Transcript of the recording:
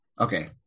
okay